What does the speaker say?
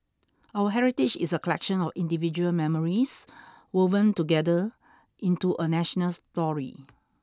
our heritage is a collection of individual memories woven together into a national story